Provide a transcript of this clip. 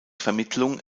vermittlung